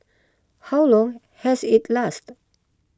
how long has it lasted